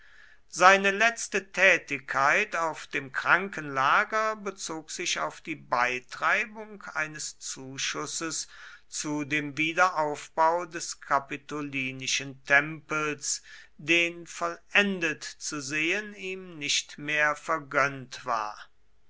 seine letzte tätigkeit auf dem krankenlager bezog sich auf die beitreibung eines zuschusses zu dem wiederaufbau des kapitolinischen tempels den vollendet zu sehen ihm nicht mehr vergönnt war